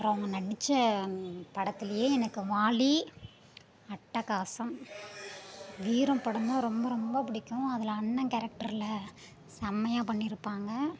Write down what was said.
அப்றம் அவங்க நடித்த படத்துலேயே எனக்கு வாலி அட்டகாசம் வீரம் படமும் ரொம்ப ரொம்ப பிடிக்கும் அதில் அண்ணன் கேரக்டரில் செம்மையாக பண்ணியிருப்பாங்க